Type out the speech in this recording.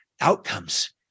outcomes